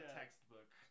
textbook